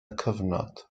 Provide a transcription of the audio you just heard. cyfnod